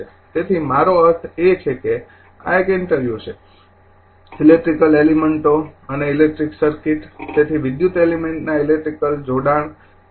તેથી મારો અર્થ એ છે કે આ એક ઇન્ટરવ્યુ છે ઇલેક્ટ્રિકલ એલિમેંટો અને ઇલેક્ટ્રિક સર્કિટ તેથી ઇલેક્ટ્રિકલ એલિમેંટોના ઇલેક્ટ્રિકલ જોડાણ